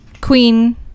Queen